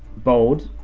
bold,